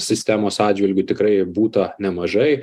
sistemos atžvilgiu tikrai būta nemažai